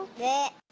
that